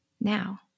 Now